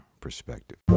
perspective